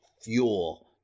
fuel